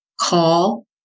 call